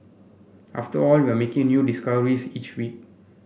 after all we're making new discoveries each week